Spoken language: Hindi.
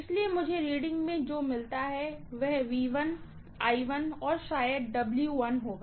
इसलिए मुझे रीडिंग में जो मिलता है वह और शायद होगा